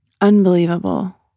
unbelievable